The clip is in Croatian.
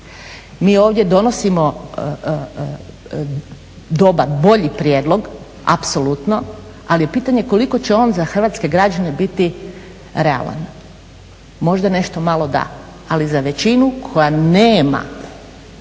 Mi ovdje donosimo dobar, bolji prijedlog, apsolutno, ali je pitanje koliko će on za hrvatske građane biti realan. Možda nešto malo da, ali za većinu koja nema,